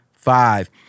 Five